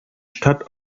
stadt